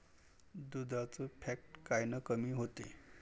दुधाचं फॅट कायनं कमी होते?